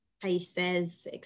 places